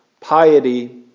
piety